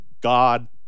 God